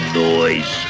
noise